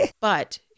But-